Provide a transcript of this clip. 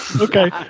Okay